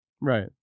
Right